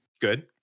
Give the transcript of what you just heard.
Good